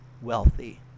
wealthy